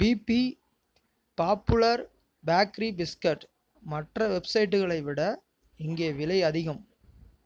BP popular bakery biscuit மற்ற வெப்சைட்களை விட இங்கே விலை அதிகம்